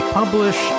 publish